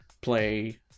play